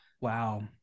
Wow